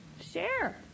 Share